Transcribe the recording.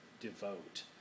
devote